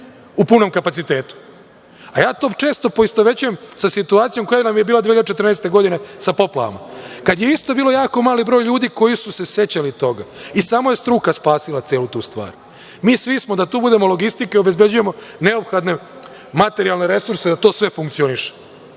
u punom kapacitetu, a ja to često poistovećujem sa situacijom koja nam je bila 2014. godine sa poplavama, kada je isto bio jako mali broj ljudi koji su se sećali toga i samo je struka spasila celu tu stvar. Mi svi smo da tu budemo logistika, da obezbeđujemo neophodne materijalne resurse da to sve funkcioniše. Još